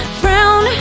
frown